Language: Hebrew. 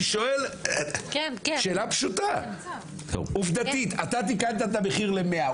אני שואל שאלה פשוטה: עובדתית אתה תיקנת את המחיר ל-100,